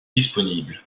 disponible